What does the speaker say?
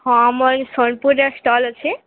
ହଁ ମୋର ଏଇ ସୋଲପୁରରେ ଷ୍ଟଲ୍ ଅଛି